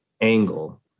angle